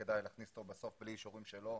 וכדאי להכניס אותו כי בלי אישורים שלו,